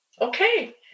Okay